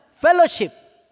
Fellowship